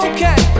Okay